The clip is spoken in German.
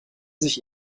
sich